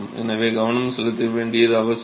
எனவே கவனம் செலுத்த வேண்டியது அவசியம்